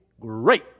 great